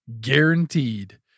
Guaranteed